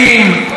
מלמדים,